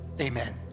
Amen